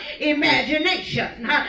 imagination